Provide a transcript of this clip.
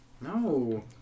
No